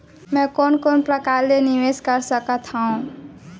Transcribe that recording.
मैं कोन कोन प्रकार ले निवेश कर सकत हओं?